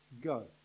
go